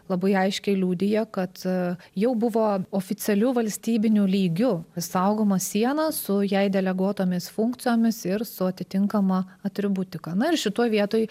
labai aiškiai liudija kad jau buvo oficialiu valstybiniu lygiu saugoma siena su jai deleguotomis funkcijomis ir su atitinkama atributika na ir šitoj vietoj